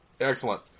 Excellent